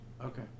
Okay